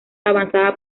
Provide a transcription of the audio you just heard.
avanzada